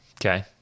Okay